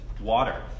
water